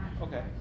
Okay